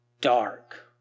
dark